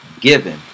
given